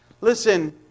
Listen